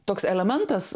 toks elementas